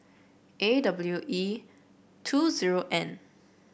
A W E two zero N